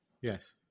Yes